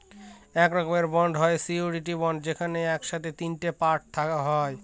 এক রকমের বন্ড হয় সিওরীটি বন্ড যেখানে এক সাথে তিনটে পার্টি হয়